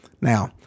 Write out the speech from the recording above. Now